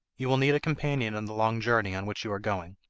you will need a companion in the long journey on which you are going.